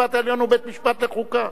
בית-המשפט העליון הוא בית-משפט לחוקה.